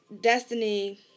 destiny